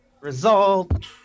Result